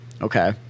Okay